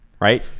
Right